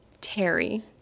Terry